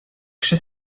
кеше